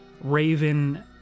raven